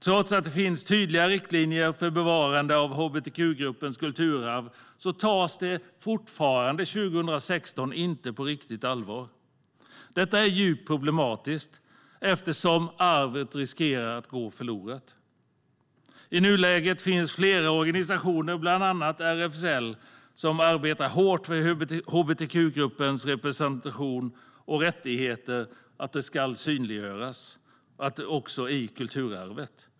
Trots att det finns tydliga riktlinjer för bevarande av hbtq-gruppens kulturarv tas detta fortfarande 2016 inte riktigt på allvar. Det är djupt problematiskt eftersom arvet riskerar att gå förlorat. I nuläget arbetar flera organisationer, bland annat RFSL, hårt för att hbtq-gruppens representation och rättigheter ska synliggöras också i kulturarvet.